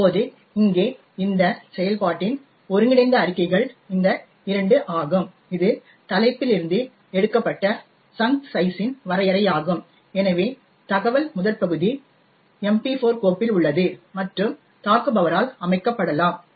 இப்போது இங்கே இந்த செயல்பாட்டின் ஒருங்கிணைந்த அறிக்கைகள் இந்த 2 ஆகும் இது தலைப்பில் இருந்து எடுக்கப்பட்ட சங்க் சைஸ் இன் வரையறையாகும் எனவே தகவல் முதற்பகுதி MP4 கோப்பில் உள்ளது மற்றும் தாக்குபவரால் அமைக்கப்படலாம்